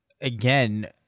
again